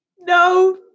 No